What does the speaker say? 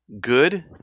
good